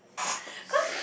cause